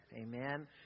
Amen